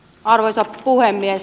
arvoisa puhemies